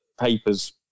papers